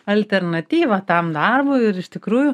alternatyvą tam darbui ir iš tikrųjų